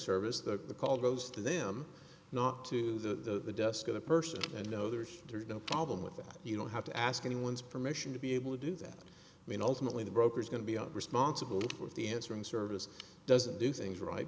service the call goes to them not to the desk of the person and no there's no problem with that you don't have to ask anyone's permission to be able to do that i mean ultimately the broker is going to be responsible for the answering service doesn't do things right